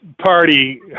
party